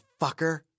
fucker